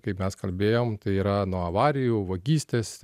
kaip mes kalbėjom tai yra nuo avarijų vagystės